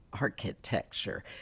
Architecture